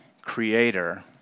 creator